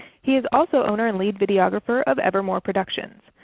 he is also owner and lead videographer of evermore productions.